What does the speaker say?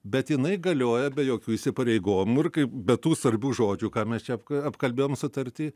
bet jinai galioja be jokių įsipareigomų ir kaip be tų sarbių žodžių ką mes čia apkalbėjom sutartį